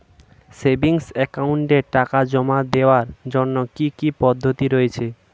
Savings একাউন্টে টাকা জমা দেওয়ার জন্য কি কি পদ্ধতি রয়েছে?